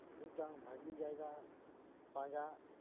ᱢᱤᱫᱴᱟᱝ ᱵᱷᱟᱜᱮ ᱡᱟᱭᱜᱟ ᱯᱟᱸᱡᱟ